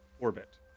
orbit